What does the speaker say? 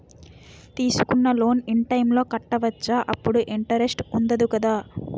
తీసుకున్న loan in time లో కట్టవచ్చ? అప్పుడు ఇంటరెస్ట్ వుందదు కదా?